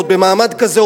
ועוד במעמד כזה,